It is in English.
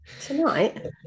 tonight